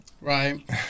Right